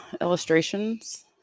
illustrations